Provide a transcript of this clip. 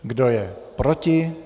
Kdo je proti?